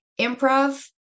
improv